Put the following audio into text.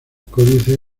códice